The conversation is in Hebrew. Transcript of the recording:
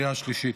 והשלישית.